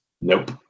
Nope